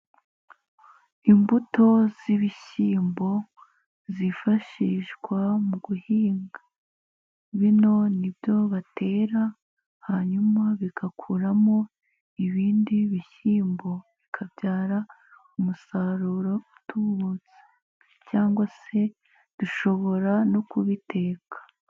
Imbuto z'ibishyimbo zifashishwa mu guhinga bino ni byo batera hanyuma bigakuramo ibindi bishyimbo bikabyara umusaruro utubutse cyangwa se dushobora no kubiteka.